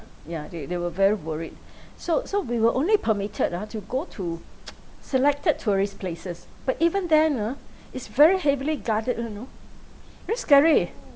yeah they they were very worried so so we were only permitted ah to go to selected tourist places but even then ah it's very heavily guarded [one] you know very scary